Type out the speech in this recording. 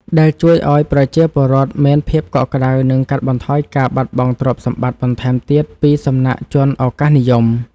ដែលជួយឱ្យប្រជាពលរដ្ឋមានភាពកក់ក្ដៅ និងកាត់បន្ថយការបាត់បង់ទ្រព្យសម្បត្តិបន្ថែមទៀតពីសំណាក់ជនឱកាសនិយម។